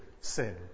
sin